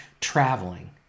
traveling